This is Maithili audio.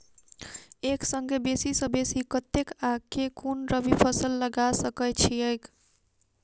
एक संगे बेसी सऽ बेसी कतेक आ केँ कुन रबी फसल लगा सकै छियैक?